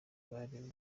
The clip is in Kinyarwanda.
bari